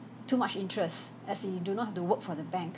too much interest as you do not have to work for the bank